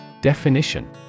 Definition